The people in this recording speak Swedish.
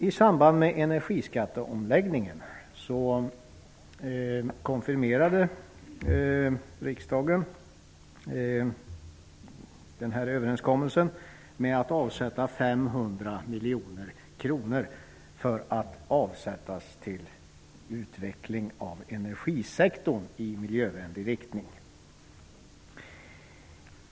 I samband med energiskatteomläggningen konfirmerade riksdagen överenskommelsen att avsätta 500 miljoner kronor för utveckling av energisektorn i miljövänlig riktning.